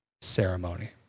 ceremony